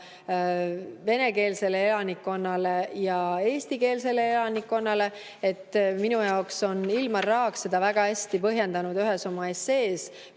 venekeelsele elanikkonnale ja eestikeelsele elanikkonnale. Minu arvates on Ilmar Raag seda väga hästi põhjendanud ühes oma essees,